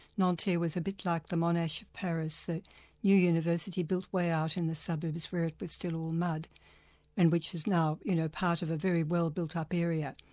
nanterre was a bit like the monash of paris a new university built way out in the suburbs where it was still all mud and which is now you know part of a very well built up area.